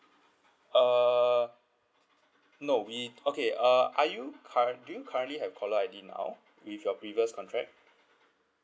uh no it okay uh are you current~ do you currently have caller I_D now with your previous correct